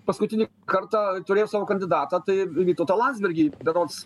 paskutinį kartą turėjo savo kandidatą tai vytautą landsbergį berods